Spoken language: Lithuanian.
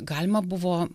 galima buvo